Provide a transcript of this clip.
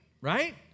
Right